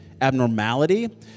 abnormality